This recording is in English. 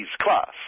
class